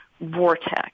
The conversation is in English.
vortex